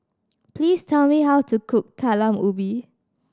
please tell me how to cook Talam Ubi